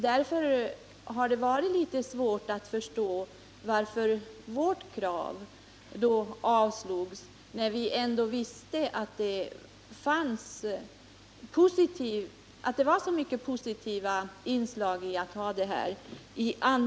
Därför har det varit litet svårt att förstå varför vårt krav avslogs, när vi ändå visste att det i andra län var så positiva inslag i att ha allmän platsanmälan.